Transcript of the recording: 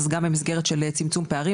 אז גם במסגרת של צמצום פערים,